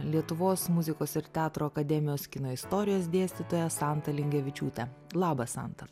lietuvos muzikos ir teatro akademijos kino istorijos dėstytoja santa lingevičiūte labas santa